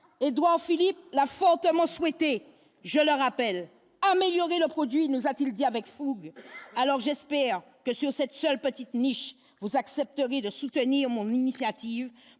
Édouard Philippe Lafon notamment souhaité, je le rappelle, améliorer le produit, nous a-t-il dit avec fougue, alors j'espère que sur cette seule petite niche vous accepteriez de soutenir mon initiative